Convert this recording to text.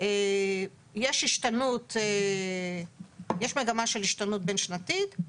- יש מגמה של השתנות בין שנתית.